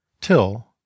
till